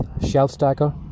shelf-stacker